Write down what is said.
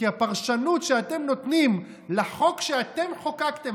כי הפרשנות שאתם נותנים לחוק שאתם חוקקתם,